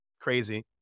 crazy